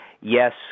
yes